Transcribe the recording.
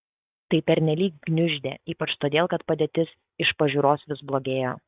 tai pernelyg gniuždė ypač todėl kad padėtis iš pažiūros vis blogėjo